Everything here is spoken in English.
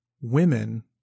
women